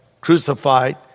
crucified